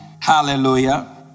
Hallelujah